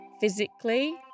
physically